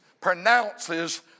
pronounces